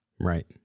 right